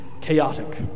chaotic